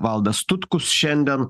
valdas tutkus šiandien